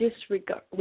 disregard